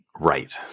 right